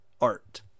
art